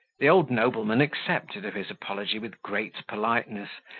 the old nobleman accepted of his apology with great politeness,